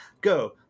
go